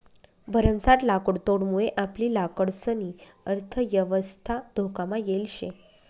भरमसाठ लाकुडतोडमुये आपली लाकडंसनी अर्थयवस्था धोकामा येल शे